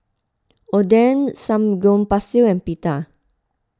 Oden Samgyeopsal and Pita